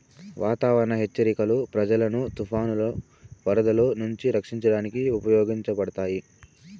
వాతావరణ హెచ్చరికలు ప్రజలను తుఫానులు, వరదలు నుంచి రక్షించడానికి ఉపయోగించబడతాయి